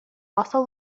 also